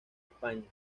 españa